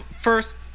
first